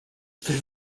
wir